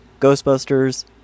ghostbusters